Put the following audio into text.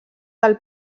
del